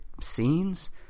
scenes